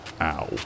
Ow